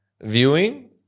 viewing